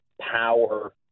power